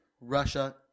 Russia